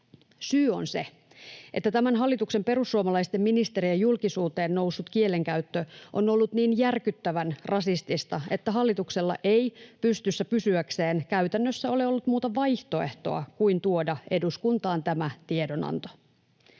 Syy on se, että tämän hallituksen perussuomalaisten ministereiden julkisuuteen noussut kielenkäyttö on ollut niin järkyttävän rasistista, että hallituksella ei pystyssä pysyäkseen käytännössä ole ollut muuta vaihtoehtoa kuin tuoda eduskuntaan tämä tiedonanto.